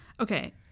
Okay